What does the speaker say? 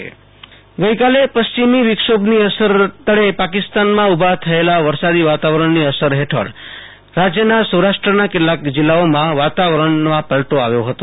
આશ્તોષ અંતાણી રાજય હવામાન ગઈકાલ પશ્ચિમી વિક્ષોભની અસરરૂપે પાકિસ્તાનમાં ઉભા થયેલા વરસાદી વાતાવરણની અસર હેઠળ રાજયના સૌરાષ્ટ્રના કેટલાક જિલ્લાઓમાં વાતાવરણમાં પલટો આપ્યો હતો